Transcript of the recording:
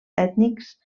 ètnics